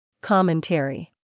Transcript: Commentary